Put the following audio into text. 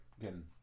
again